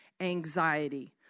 anxiety